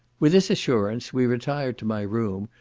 with this assurance we retired to my room,